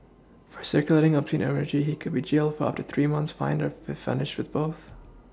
for circulating a P imagery he could be jailed up to three months fined or punished with both